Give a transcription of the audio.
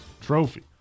Trophy